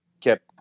kept